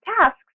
tasks